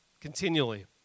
continually